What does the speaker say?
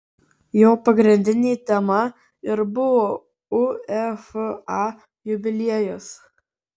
jo pagrindinė tema ir buvo uefa jubiliejus